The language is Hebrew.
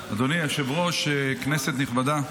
אדוני היושב-ראש, כנסת נכבדה,